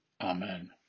Amen